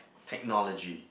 technology